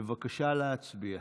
בבקשה להצביע.